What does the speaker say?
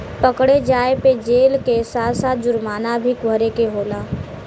पकड़े जाये पे जेल के साथ साथ जुरमाना भी भरे के होला